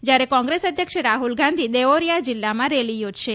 જ્યારે કોંગ્રેસ અધ્યક્ષ રાહુલ ગાંધી દેવોરિયા જિલ્લામાં રેલી યોજશે